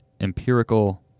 empirical